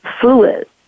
fluid